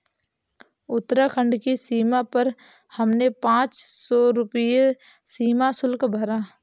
उत्तराखंड की सीमा पर हमने पांच सौ रुपए सीमा शुल्क भरा